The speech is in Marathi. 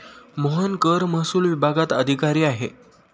मोहन कर महसूल विभागात अधिकारी आहे